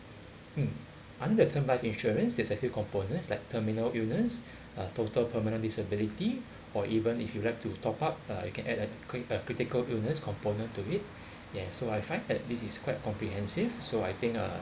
mm under term life insurance there's a few components like terminal illness uh total permanent disability or even if you like to top up uh you can add a crit~ uh critical illness component to it ya so I find that this is quite comprehensive so I think uh